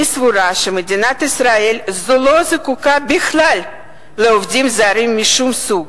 אני סבורה שמדינת ישראל לא זקוקה בכלל לעובדים זרים משום סוג.